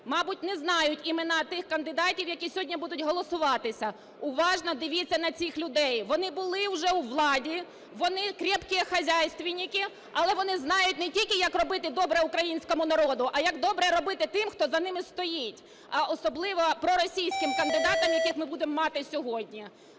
мабуть, не знають імена тих кандидатів, які сьогодні будуть голосуватися, уважно дивіться на цих людей, вони були вже у владі, вони "крєпкіє хозяйствєннікі", але вони знають не тільки, як робити добре українському народу, а як добре робити тим, хто за ними стоїть, а особливо проросійським кандидатам, яких ми будемо мати сьогодні.